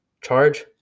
charge